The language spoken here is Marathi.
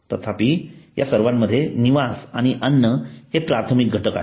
तथापि या सर्वांमध्ये निवास आणि अन्न हे प्राथमिक घटक आहेत